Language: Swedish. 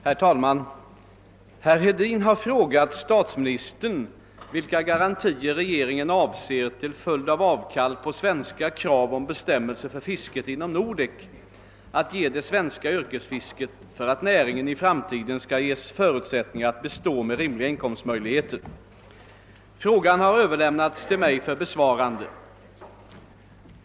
Herr talman! Herr Hedin har frågat statsministern vilka garantier regeringen avser — till följd av avkall på svenska krav om bestämmelser för fisket inom Nordek — att ge det svenska yrkesfisket för att näringen i framtiden skall ges förutsättningar att bestå med rimliga inkomstmöjligheter. Frågan har överlämnats till mig för besvarande.